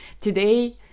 today